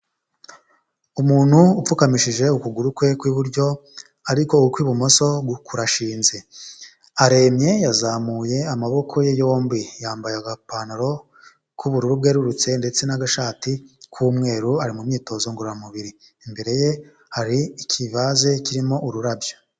Umuntu upfukamishije ukuguru kwe kw'iburyo ariko ukw'ibumoso kurashinze, aremye yazamuye amaboko ye yombi, yambaye agapantaro k'ubururu bwererutse ndetse n'agashati k'umweru. Ari mu myitozo ngororamubiri, imbere ye hari ikivase kirimo ururabyo.